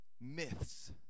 Myths